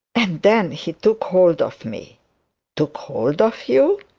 and then he took hold of me took hold of you